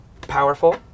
powerful